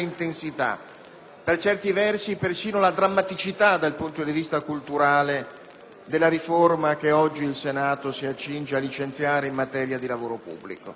per certi versi, persino la drammaticità dal punto di vista culturale della riforma che oggi il Senato si accinge a licenziare in materia di lavoro pubblico.